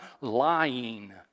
lying